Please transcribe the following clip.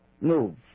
move